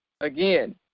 again